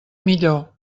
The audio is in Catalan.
millor